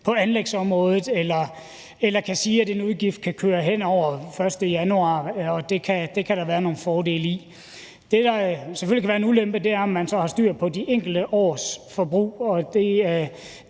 på anlægsområdet. Eller man kunne sige, at en udgift kan køre hen over den 1. januar. Det kan der være nogle fordele i. Det, der selvfølgelig kan være en ulempe, er, om man så har styr på de enkelte års forbrug. Og det